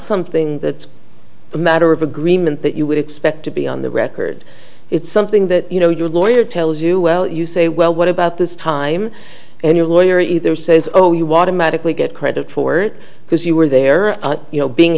something that's a matter of agreement that you would expect to be on the record it's something that you know your lawyer tells you well you say well what about this time and your lawyer either says oh you want to magically get credit for it because you were there or you know being